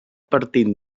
partint